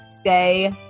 stay